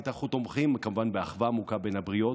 אנחנו תומכים כמובן באחווה עמוקה בין הבריות,